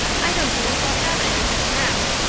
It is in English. i don't believe i'll have any just now.